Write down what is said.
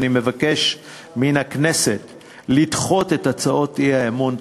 אני מבקש מן הכנסת לדחות את הצעות האי-אמון.